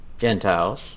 Gentiles